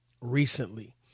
recently